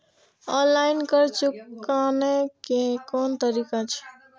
Online कर्ज चुकाने के कोन तरीका छै?